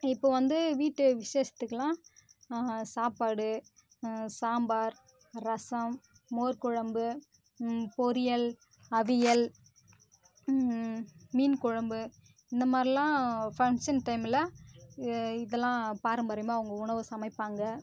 இப்போ வந்து வீட்டு விஷேசத்துக்கெல்லாம் சாப்பாடு சாம்பார் ரசம் மோர்க் குழம்பு பொரியல் அவியல் மீன் குழம்பு இந்த மாதிரில்லாம் ஃபங்ஷன் டைம்ல இதெல்லாம் பாரம்பரியமாக அவங்க உணவு சமைப்பாங்க